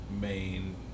main